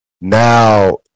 now